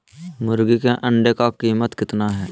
मुर्गी के अंडे का कीमत कितना है?